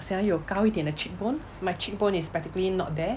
我想要有高一点的 cheekbone my cheekbone is practically not there